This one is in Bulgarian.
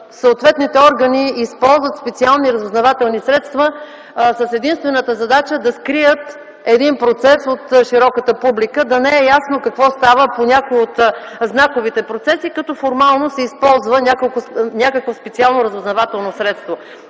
съответните органи използват специални разузнавателни средства с единствената задача да скрият един процес от широката публика, да не е ясно какво става по някои от знаковите процеси като формално се използва някакво специално разузнавателно средство.